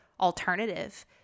alternative